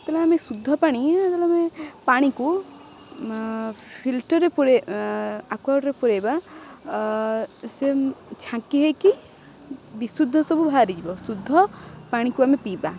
ଯେତେବେଳେ ଆମେ ଶୁଦ୍ଧ ପାଣି ଯେତେବେଳେ ଆମେ ପାଣିକୁ ଫିଲ୍ଟର୍ରେ ଆକ୍ଵାଗାର୍ଡ଼ରେ ପୂରେଇବା ସେ ଛାଙ୍କିହୋଇକି ବିଶୁଦ୍ଧ ସବୁ ବାହାରିଯିବ ଶୁଦ୍ଧ ପାଣିକୁ ଆମେ ପିଇବା